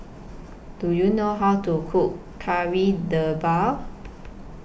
Do YOU know How to Cook Kari Debal